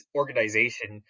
organization